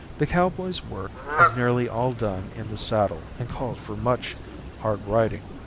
the cowboy's work is nearly all done in the saddle and calls for much hard riding.